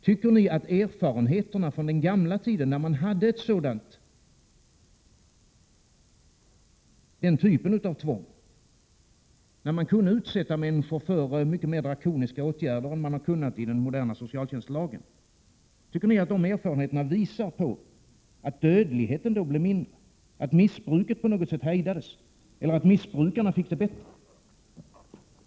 Tycker ni att erfarenheterna från den gamla tiden — när man hade den typen av tvång, när man kunde utsätta människor för mycket mer drakoniska åtgärder än man har kunnat enligt den moderna socialtjänstlagen — visar att dödligheten då blev mindre, att missbruket på något sätt hejdades, eller att missbrukarna fick det bättre?